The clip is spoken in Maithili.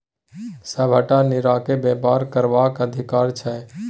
सभटा नारीकेँ बेपार करबाक अधिकार छै